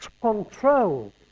control